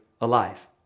alive